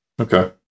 Okay